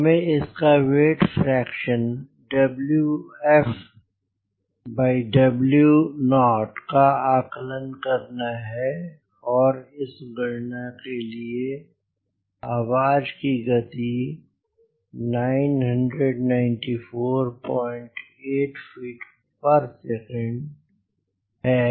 हमें इसका weight fraction WfW0 का आकलन करना है और इस गणना के लिए आवाज़ की गति 9948 फ़ीट प्रति सेकंड है